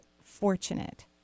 fortunate